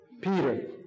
Peter